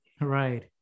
Right